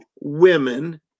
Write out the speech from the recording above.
women